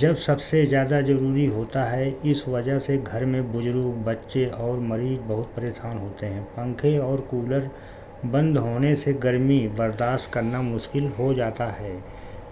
جب سب سے زیادہ ضروری ہوتا ہے اس وجہ سے گھر میں بجرگ بچے اور مریض بہت پریشان ہوتے ہیں پنکھے اور کولر بند ہونے سے گرمی برداست کرنا مشکل ہو جاتا ہے